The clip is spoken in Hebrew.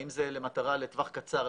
האם זה למטרה לטווח קצר,